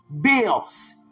Bills